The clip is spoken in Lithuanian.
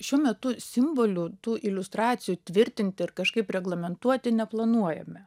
šiuo metu tų simbolių tų iliustracijų tvirtinti ir kažkaip reglamentuoti neplanuojame